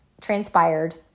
transpired